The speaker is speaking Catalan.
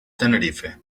tenerife